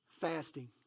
Fasting